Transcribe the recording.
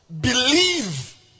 believe